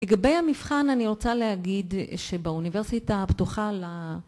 לגבי המבחן אני רוצה להגיד שבאוניברסיטה הפתוחה ל...